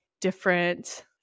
different